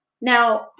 Now